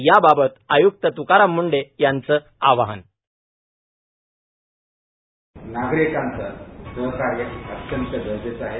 याबाबत आयुक्त तुकाराम मुंढे यांचं आवाहन नागरिकांचं सहकार्य अत्यंत महत्वाचं आहे